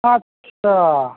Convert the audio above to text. আচ্ছা